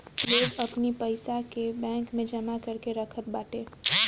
लोग अपनी पईसा के बैंक में जमा करके रखत बाटे